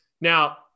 Now